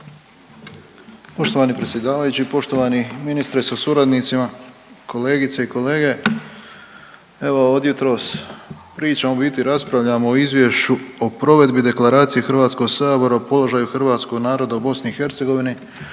Poštovani predsjedavajući, poštovani ministre sa suradnicima, kolegice i kolege. Evo od jutros pričamo, u biti raspravljamo o izvješću o provedbi Deklaracije HS o položaju hrvatskog naroda u BiH